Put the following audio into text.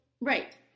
Right